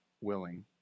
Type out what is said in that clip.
willing